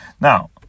Now